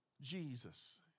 Jesus